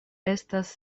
estas